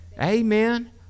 Amen